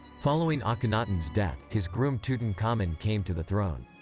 following akhenaten's death, his groom tutankhamun came to the throne.